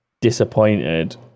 disappointed